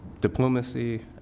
diplomacy